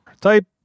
type